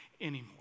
anymore